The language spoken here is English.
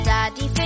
Daddy